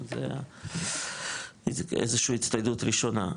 זו איזושהי הצטיידות ראשונה.